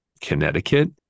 Connecticut